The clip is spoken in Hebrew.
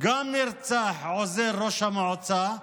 נרצח עוזר ראש המועצה,